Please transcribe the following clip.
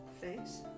face